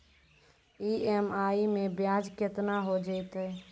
EMI मैं ब्याज केतना हो जयतै?